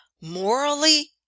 morally